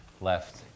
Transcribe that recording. left